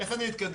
איך אני אתקדם?